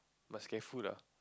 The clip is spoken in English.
must careful lah